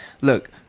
look